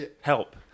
help